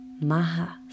maha